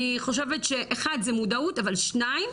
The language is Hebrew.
אני חושבת שאחד, זה מודעות, אבל, שניים,